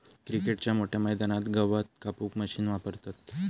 क्रिकेटच्या मोठ्या मैदानात गवत कापूक मशीन वापरतत